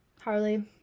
Harley